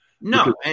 no